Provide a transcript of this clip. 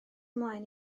ymlaen